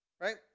right